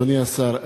אדוני השר,